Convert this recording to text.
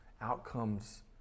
outcomes